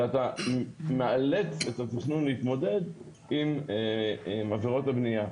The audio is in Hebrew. אלא אתה מאלץ את התכנון להתמודד עם עבירות הבנייה,